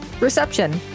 reception